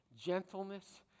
gentleness